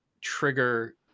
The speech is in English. trigger